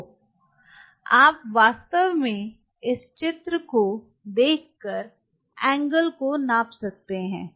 तो आप वास्तव में इस चित्र को देखकर एंगल को माप सकते हैं